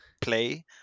play